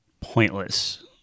pointless